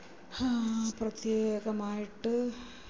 പ്രത്യേകമായിട്ട്